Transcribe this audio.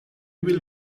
will